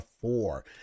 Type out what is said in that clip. four